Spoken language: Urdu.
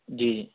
جی